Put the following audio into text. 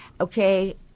okay